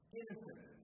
innocent